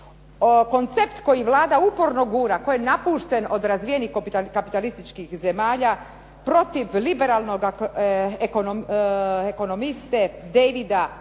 Koncept koji Vlada uporno gura, koji je napušten od razvijenih kapitalističkih zemalja, protiv liberalnoga ekonomiste Davida Ricarda